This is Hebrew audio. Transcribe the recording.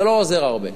זה לא עוזר הרבה.